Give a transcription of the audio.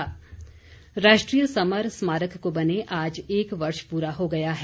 summer स्मारक राष्ट्रीय समर स्मारक को बने आज एक वर्ष प्रा हो गया है